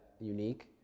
unique